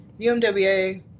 UMWA